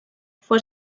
for